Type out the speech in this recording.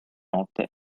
notte